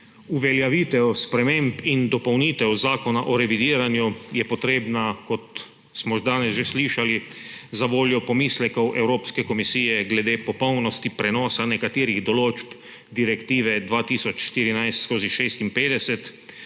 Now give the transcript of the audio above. Uveljavitev sprememb in dopolnitev Zakona o revidiranju je potrebna, kot smo danes že slišali, zavoljo pomislekov Evropske komisije glede popolnosti prenosa nekaterih določb Direktive 2014/56